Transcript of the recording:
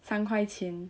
三块钱